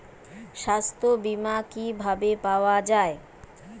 সাস্থ্য বিমা কি ভাবে পাওয়া যায়?